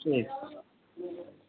ठीक